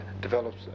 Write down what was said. develops